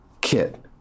Kit